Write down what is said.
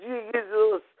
Jesus